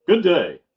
good day!